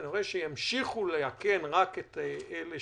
אני רואה שימשיכו לאכן רק את אלה